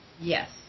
Yes